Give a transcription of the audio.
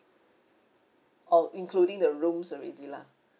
orh including the rooms already lah